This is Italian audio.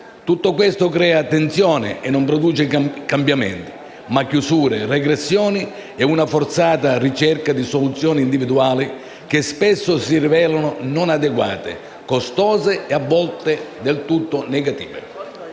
Tutto questo crea tensione e non produce cambiamenti, ma chiusure, regressioni e una forzata ricerca di soluzioni individuali, che spesso si rivelano non adeguate, costose e a volte del tutto negative.